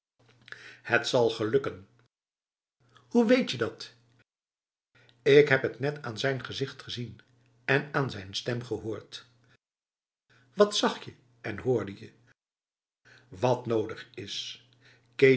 het zal gelukken hoe weet je dat ik heb het aan zijn gezicht gezien en aan zijn stem gehoord wat zag je en hoorde je wat nodig is